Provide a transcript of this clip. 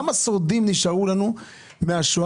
כמה שורדים נשארו לנו מהשואה?